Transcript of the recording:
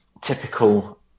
typical